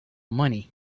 money